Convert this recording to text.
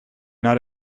not